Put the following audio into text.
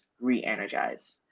re-energize